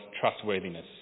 trustworthiness